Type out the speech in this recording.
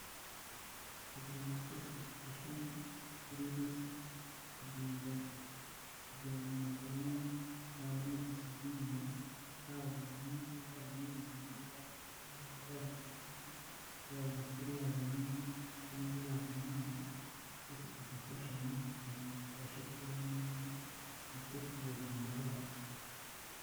Kugira ngo twese dufashanye kurino si, tugomba kugirana buri umwe nta n'umwe dusize inyuma, yaba umuzu, yaba mwirabura, yaba musaza, yaba umukecuru, yaba umusore, yaba inkumi, cyangwa yaba umwana twese tugafashanya kugira ngo tubashe kubaho neza twita kuri bagenzi bacu.